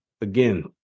Again